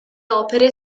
opere